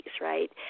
right